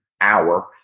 hour